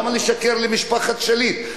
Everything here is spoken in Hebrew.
למה לשקר למשפחת שליט?